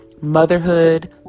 motherhood